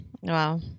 Wow